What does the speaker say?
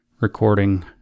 recording